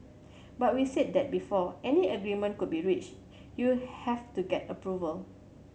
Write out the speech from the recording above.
but we said that before any agreement could be reached you have to get approval